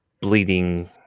bleeding